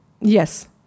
Yes